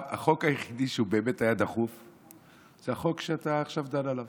החוק היחידי שבאמת היה דחוף זה החוק שאתה עכשיו דן עליו,